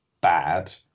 bad